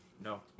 No